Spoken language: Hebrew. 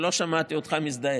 ולא שמעתי אותך מזדעק,